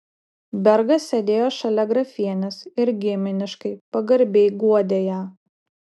bergas sėdėjo šalia grafienės ir giminiškai pagarbiai guodė ją